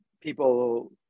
people